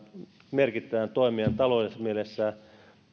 merkittävän toimijan taloudellisessa mielessä